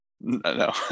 no